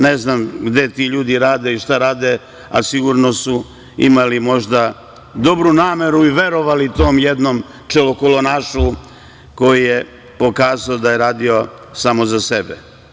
Ne znam gde ti ljudi rade i šta rade, ali sigurno su imali možda dobru nameru i verovali tom jednom čelokolonašu koji je pokazao da je radio samo za sebe.